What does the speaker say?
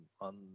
on